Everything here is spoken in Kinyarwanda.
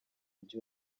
mujyi